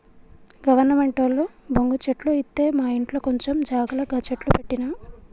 గవర్నమెంటోళ్లు బొంగు చెట్లు ఇత్తె మాఇంట్ల కొంచం జాగల గ చెట్లు పెట్టిన